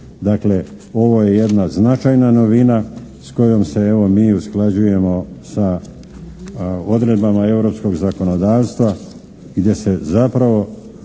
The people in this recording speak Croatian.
Dakle, ovo je jedna značajna novina s kojom se evo mi usklađujemo sa odredbama europskog zakonodavstva i gdje se zapravo